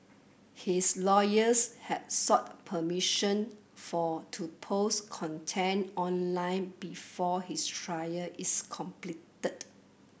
his lawyers had sought permission for to post content online before his trial is completed